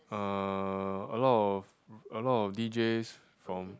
uh a lot of a lot d_js from